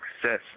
success